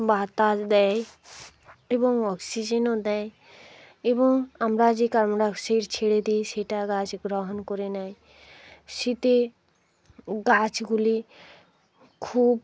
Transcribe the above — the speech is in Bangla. বাতাস দেয় এবং অক্সিজেনও দেয় এবং আমরা যে কার্বন ডাইঅক্সাইড ছেড়ে দিই সেটা গাছ গ্রহণ করে নেয় শীতে গাছগুলি খুব